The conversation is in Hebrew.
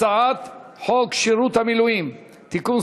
הצעת חוק שירות המילואים (תיקון,